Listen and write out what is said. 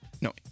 No